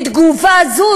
תגובה זו,